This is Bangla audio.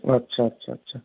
আচ্ছা আচ্ছা আচ্ছা